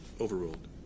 overruled